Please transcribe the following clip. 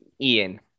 Ian